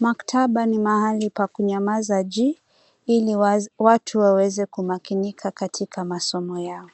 Maktaba ni mahali pa kunyamaza ji, ili watu waweze kumakinika katika masomo yao.